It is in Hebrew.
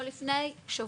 או לפני שבוע.